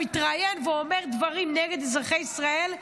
וכשאתה מפיץ סרטון או כשאתה מתראיין ואומר דברים נגד אזרחי ישראל,